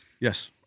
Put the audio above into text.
Yes